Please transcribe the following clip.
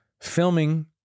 filming